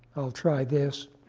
i'll try this,